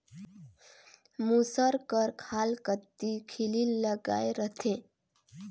मूसर कर खाल कती खीली लगाए रहथे